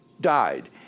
died